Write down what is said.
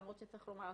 למרות שצריך לומר,